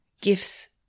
gifts